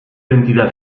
entidad